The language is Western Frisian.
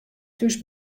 thús